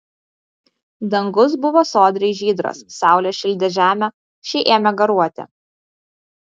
dangus buvo sodriai žydras saulė šildė žemę ši ėmė garuoti